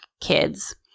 kids